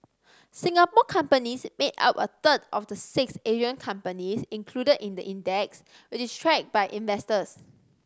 Singapore companies made up a third of the six Asian companies included in the index which is tracked by investors